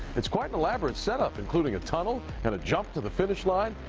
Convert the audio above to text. it's quite and a setup, including a tunnel and a jump to the finish line.